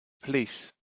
police